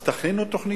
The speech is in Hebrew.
אז תכינו תוכניות.